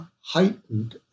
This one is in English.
heightened